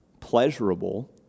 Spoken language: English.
pleasurable